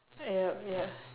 yup ya